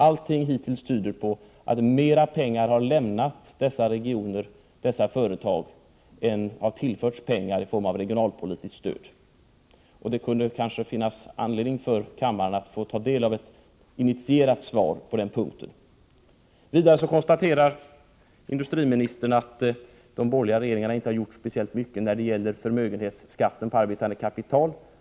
Allting tyder hittills på att mer pengar har lämnat de aktuella regionerna och företagen än de har tillförts medel i form av regionalpolitiska stöd. Det kunde kanske finnas anledning för kammaren att få ta del av ett initierat svar på denna punkt. Vidare konstaterade industriministern att de borgerliga regeringarna inte har gjort speciellt mycket när det gäller förmögenhetsskatten på arbetande kapital.